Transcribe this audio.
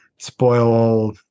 Spoil